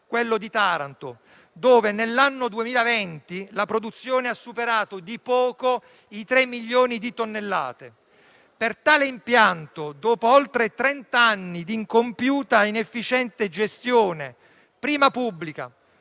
quello di Taranto, dove, nell'anno 2020, la produzione ha superato di poco i tre milioni di tonnellate. Per tale impianto, dopo oltre trent'anni di incompiuta, inefficiente gestione, prima pubblica,